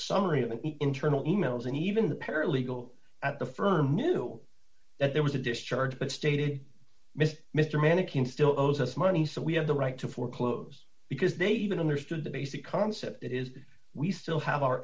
summary of an internal e mails and even the paralegal at the firm knew that there was a discharge but stated mr mr mannikin still owes us money so we have the right to foreclose because they even understood the basic concept that is we still have our